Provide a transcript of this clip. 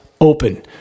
open